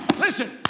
listen